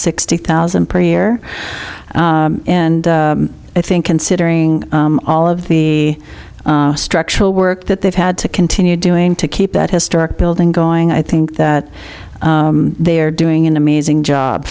sixty thousand per year and i think considering all of the structural work that they've had to continue doing to keep that historic building going i think that they're doing an amazing job